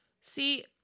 See